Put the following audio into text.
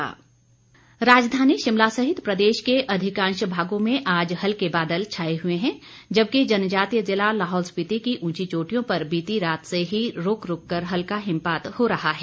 मौसम राजधानी शिमला सहित प्रदेश के अधिकांश भागों में आज हल्के बादल छाए हुए हैं जबकि जनजातीय जिला लाहल स्पिति की ऊंची चोटियों पर बीती रात से ही रुक रुक कर हल्का हिमपात हो रहा है